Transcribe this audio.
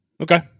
Okay